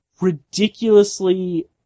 ridiculously